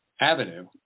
Avenue